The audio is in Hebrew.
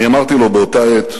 אני אמרתי לו באותה עת: